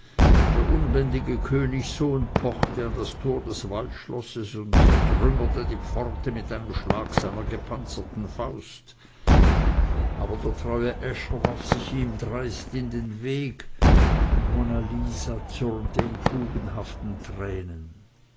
der unbändige königssohn pochte an das tor des waldschlosses und zertrümmerte die pforte mit einem schlage seiner gepanzerten faust aber der treue äscher warf sich ihm dreist in den weg und monna lisa zürnte in tugendhaften tränen